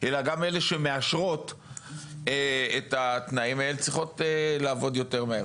אלא גם אלה שמאשרות את התנאים האלה צריכות לעבוד יותר מהר.